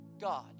god